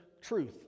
truth